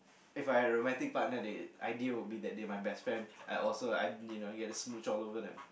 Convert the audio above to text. If I had a romantic partner the ideal will be that they my best friend I also I you know get to smooch all over them